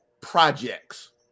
projects